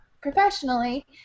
professionally